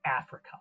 Africa